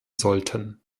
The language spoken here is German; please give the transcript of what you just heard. sollten